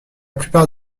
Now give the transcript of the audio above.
plupart